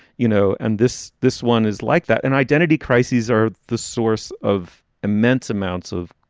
you know, and this this one is like that. and identity crises are the source of immense amounts of.